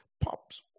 pops